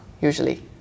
usually